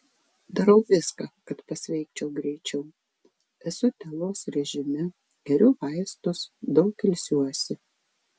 darau viską kad pasveikčiau greičiau esu tylos režime geriu vaistus daug ilsiuosi